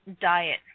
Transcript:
diet